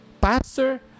Pastor